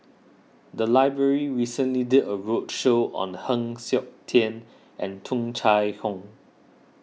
the library recently did a roadshow on Heng Siok Tian and Tung Chye Hong